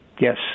Yes